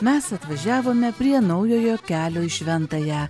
mes atvažiavome prie naujojo kelio į šventąją